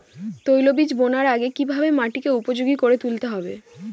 তৈলবীজ বোনার আগে কিভাবে মাটিকে উপযোগী করে তুলতে হবে?